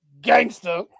gangster